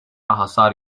hasar